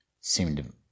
seemed